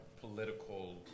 political